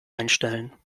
einstellen